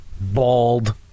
bald